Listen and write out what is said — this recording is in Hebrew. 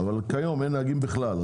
כיום אין נהגים בכלל.